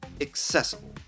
accessible